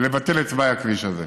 לבטל את תוואי הכביש הזה.